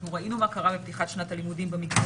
אנחנו ראינו מה קרה בפתיחת שנת הלימודים במגזר